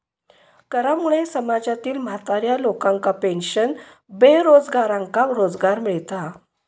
करामुळे समाजातील म्हाताऱ्या लोकांका पेन्शन, बेरोजगारांका रोजगार मिळता